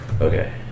Okay